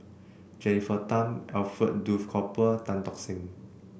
Jennifer Tham Alfred Duff Cooper Tan Tock Seng